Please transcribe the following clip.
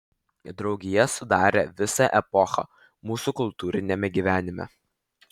draugija sudarė visą epochą mūsų kultūriniame gyvenime